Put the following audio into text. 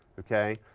okay?